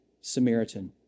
Samaritan